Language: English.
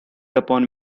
upon